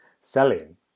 selling